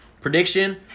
Prediction